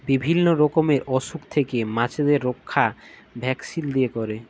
বিভিল্য রকমের অসুখ থেক্যে মাছদের রক্ষা ভ্যাকসিল দিয়ে ক্যরে